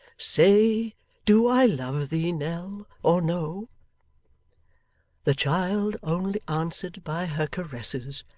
say do i love thee, nell, or no the child only answered by her caresses,